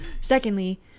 secondly